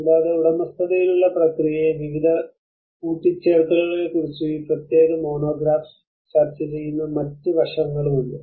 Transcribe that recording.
കൂടാതെ ഉടമസ്ഥതയിലുള്ള പ്രക്രിയയെ വിവിധ കൂട്ടിച്ചേർക്കലുകളെക്കുറിച്ച് ആ പ്രത്യേക മോണോഗ്രാഫ് ചർച്ച ചെയ്യുന്ന മറ്റ് വശങ്ങളും ഉണ്ട്